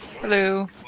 Hello